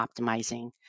optimizing